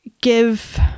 give